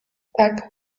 tak